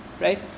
right